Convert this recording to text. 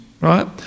right